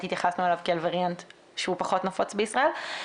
התייחסנו אליו כאל ווריאנט שהוא פחות נפוץ בישראל.